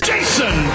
Jason